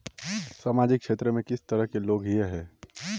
सामाजिक क्षेत्र में किस तरह के लोग हिये है?